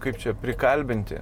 kaip čia prikalbinti